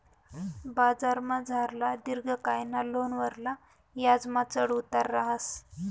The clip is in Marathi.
बजारमझारला दिर्घकायना लोनवरला याजमा चढ उतार रहास